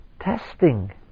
testing